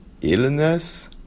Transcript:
illness